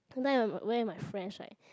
sometimes I went with my friends right